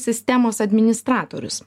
sistemos administratorius